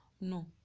No